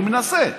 אני מנסה,